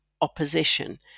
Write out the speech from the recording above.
opposition